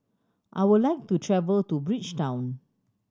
I would like to travel to Bridgetown